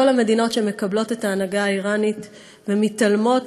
לכל המדינות שמקבלות את ההנהגה האיראנית ומתעלמות